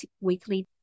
weekly